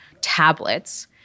tablets